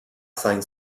sein